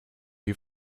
you